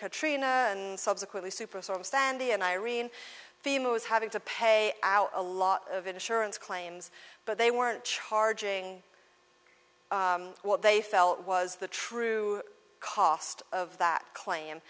katrina and subsequently superstorm sandy and irene fema was having to pay our a lot of insurance claims but they weren't charging what they felt was the true cost of that claim